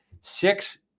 Six